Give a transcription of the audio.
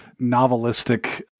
novelistic